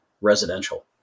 residential